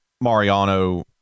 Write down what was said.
Mariano